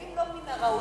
האם לא מן הראוי,